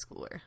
schooler